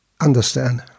understand